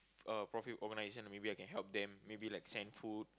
uh profit organization maybe I can help them maybe like send food